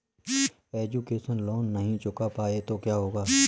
Education loan नहीं चुका पाए तो क्या होगा?